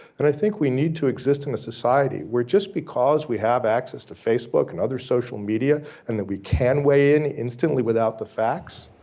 and i think we need to exist in a society where just because we have access to facebook and other social media and that we can weigh in instantly without the facts,